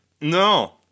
No